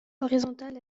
horizontal